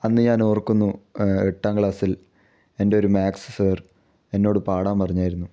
അന്ന് ഞാൻ ഓർക്കുന്നു എട്ടാം ക്ലാസിൽ എൻ്റെ ഒരു മാത്സ് സാർ എന്നോട് പാടാൻ പറഞ്ഞായിരുന്നു